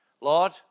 Lord